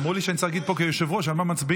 אמרו לי שאני צריך להגיד פה כיושב-ראש על מה מצביעים,